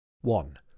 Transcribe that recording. one